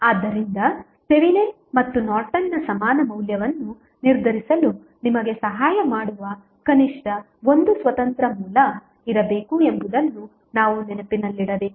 ಆದ್ದರಿಂದ ಥೆವೆನಿನ್ ಮತ್ತು ನಾರ್ಟನ್ನ ಸಮಾನ ಮೌಲ್ಯವನ್ನು ನಿರ್ಧರಿಸಲು ನಿಮಗೆ ಸಹಾಯ ಮಾಡುವ ಕನಿಷ್ಠ ಒಂದು ಸ್ವತಂತ್ರ ಮೂಲ ಇರಬೇಕು ಎಂಬುದನ್ನು ನಾವು ನೆನಪಿನಲ್ಲಿಡಬೇಕು